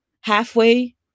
halfway